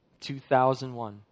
2001